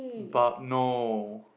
bu~ no